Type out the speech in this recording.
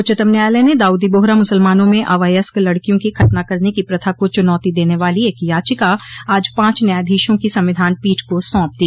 उच्चतम न्यायालय ने दाऊदी बोहरा मुसलमानों में अवयस्क लड़कियों की खतना करने की प्रथा को चुनौती देने वाली एक याचिका आज पांच न्यायाधीशों की संविधान पीठ को सौंप दी